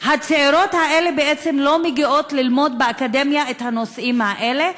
הצעירות האלה בעצם לא מגיעות ללמוד באקדמיה את הנושאים האלה,